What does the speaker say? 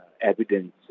evidence